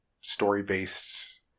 story-based